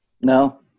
No